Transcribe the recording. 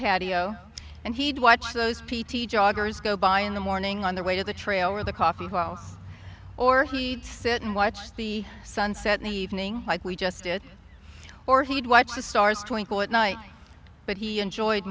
patio and he'd watch those p t joggers go by in the morning on the way to the trail or the coffee house or he'd sit and watch the sunset in the evening like we just did or he'd watch the stars twinkle at night but he enjoyed